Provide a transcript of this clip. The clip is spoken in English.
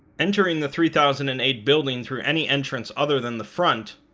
entering the three thousand and eight building through any entrance other than the front,